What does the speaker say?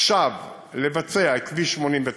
עכשיו לבצע את כביש 89,